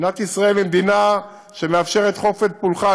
מדינת ישראל היא מדינה שמאפשרת חופש פולחן.